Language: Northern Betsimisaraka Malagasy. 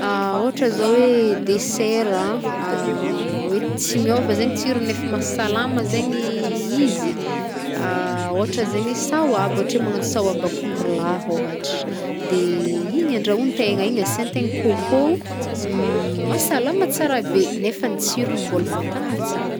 Ôhatra zao e, desera an hoe tsy miôva zegny tsirony nef mahasalama zegny- izy e, ôhatra zegny sahoaba, ôtre magnano sahoaba akondro lahy ôhatr. De igny andrahon tegna igny asiantegny côcô o, mahasalama tsara be. Nefa ny tsirony mbôla voantagna tsara.